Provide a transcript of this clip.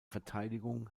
verteidigung